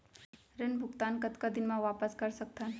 ऋण भुगतान कतका दिन म वापस कर सकथन?